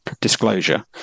disclosure